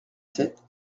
sept